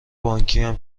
بانکیم